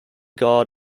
guard